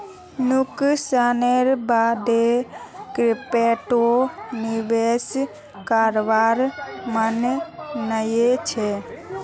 नुकसानेर बा द क्रिप्टोत निवेश करवार मन नइ छ